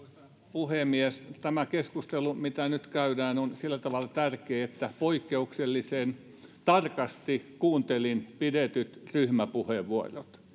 puhemies tämä keskustelu mitä nyt käydään on sillä tavalla tärkeä että poikkeuksellisen tarkasti kuuntelin pidetyt ryhmäpuheenvuorot